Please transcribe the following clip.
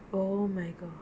oh my god